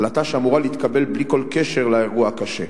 החלטה שאמורה להתקבל בלי שום קשר לאירוע הקשה.